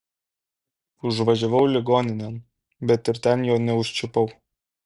užvažiavau ligoninėn bet ir ten jo neužčiupau